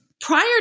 prior